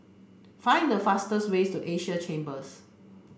find the fastest way to Asia Chambers